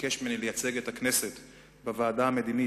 ביקש ממני לייצג את הכנסת בוועדה המדינית